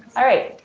all right.